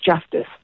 justice